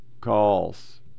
calls